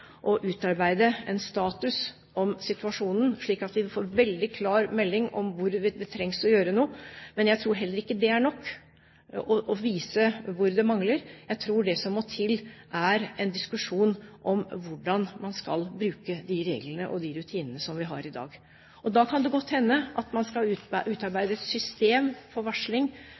å utarbeide en status om situasjonen, slik at vi får veldig klar melding om hvor det trengs å gjøres noe. Men jeg tror heller ikke det er nok å vise hvor det er mangler. Jeg tror det som må til, er en diskusjon om hvordan man skal bruke de reglene og de rutinene som vi har i dag. Da kan det godt hende at man skal utarbeide et system for varsling.